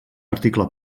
article